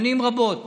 שנים רבות